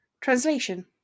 Translation